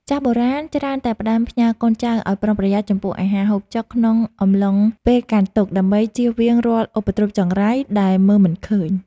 ចាស់បុរាណច្រើនតែផ្ដាំផ្ញើកូនចៅឱ្យប្រុងប្រយ័ត្នចំពោះអាហារហូបចុកក្នុងអំឡុងពេលកាន់ទុក្ខដើម្បីចៀសវាងរាល់ឧបទ្រពចង្រៃដែលមើលមិនឃើញ។